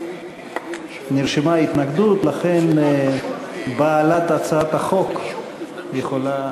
נרשמה התנגדות, לכן בעלת הצעת החוק יכולה